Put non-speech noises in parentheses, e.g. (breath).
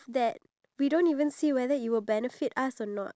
(breath) oh gosh I can't (laughs)